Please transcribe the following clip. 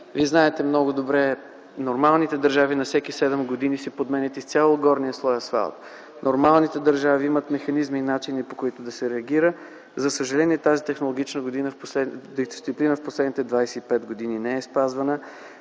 Знаете много добре, че в нормалните държави на всеки седем години си подменят изцяло горния слой асфалт. Нормалните държави имат механизми и начини, по които да се реагира. За съжаление, тази технологична дисциплина в последните 25 години не е спазвана.